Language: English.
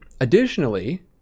additionally